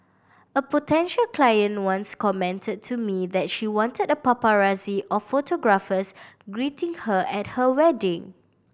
a potential client once commented to me that she wanted a paparazzi of photographers greeting her at her wedding